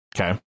Okay